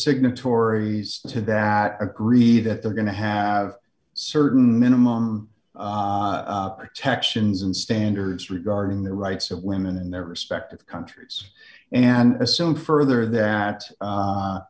signatories to that agree that they're going to have certain minimum texans and standards regarding the rights of women in their respective countries and assume further that